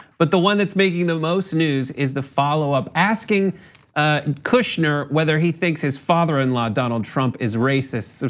but the one that's making the most news is the follow up asking and kushner whether he thinks his father-in-law, donald trump, is racist,